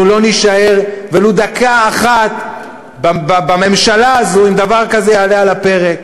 אנחנו לא נישאר ולו דקה אחת בממשלה הזאת אם דבר כזה יעלה על הפרק,